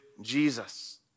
Jesus